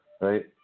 Right